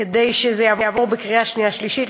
כדי שזה יעבור בקריאה שנייה ובקריאה שלישית.